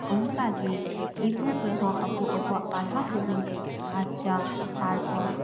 ᱚᱱᱠᱟ ᱜᱮ ᱤᱵᱩᱠ ᱨᱮᱦᱚᱸ ᱟᱵᱚ ᱟᱵᱚᱣᱟᱜ ᱯᱟᱲᱦᱟᱣ ᱠᱩᱡ ᱵᱚ ᱥᱟᱨᱪᱟ ᱛᱟᱨᱯᱚᱨ